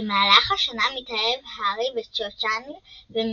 במהלך השנה מתאהב הארי בצ'ו צ'אנג והם